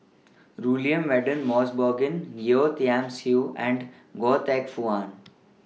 Rudy William Mosbergen Yeo Tiam Siew and Goh Teck Phuan